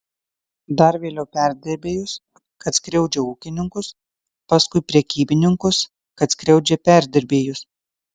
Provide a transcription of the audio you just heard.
dar vėliau perdirbėjus kad skriaudžia ūkininkus paskui prekybininkus kad skriaudžia perdirbėjus